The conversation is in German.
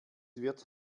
wird